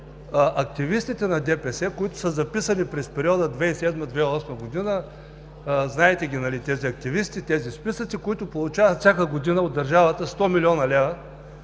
активистите на ДПС, които са се записали през периода 2007 – 2008 г. – знаете ги, нали, тези активисти, тези списъци, които получават всяка година от държавата 100 млн. лв.